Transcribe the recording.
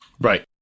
right